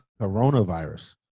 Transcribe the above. coronavirus